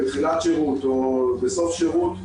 בתחילת שירות או בסוף שירות.